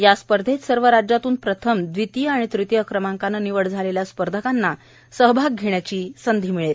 या स्पर्धेत सर्व राज्यातून प्रथम द्वितीय आणि तृतीय क्रमांकानं निवड झालेल्या स्पर्धकांना सहभागाची संधी मिळणार आहे